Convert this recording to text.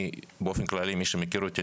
באופן כללי מי שמכיר אותי,